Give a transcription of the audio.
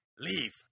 Leave